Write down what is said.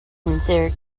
consider